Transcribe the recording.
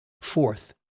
Fourth